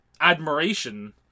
admiration